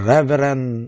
Reverend